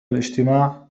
الإجتماع